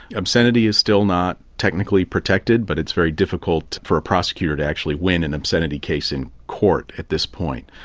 obscenity is still not technically protected but it's very difficult for a prosecutor to actually win an obscenity case in court at this point.